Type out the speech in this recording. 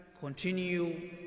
continue